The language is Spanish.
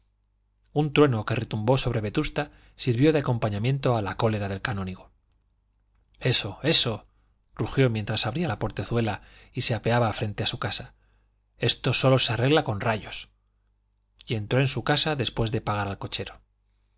un trueno que retumbó sobre vetusta sirvió de acompañamiento a la cólera del canónigo eso eso rugió mientras abría la portezuela y se apeaba frente a su casa esto sólo se arregla con rayos y entró en su casa después de pagar al cochero